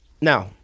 Now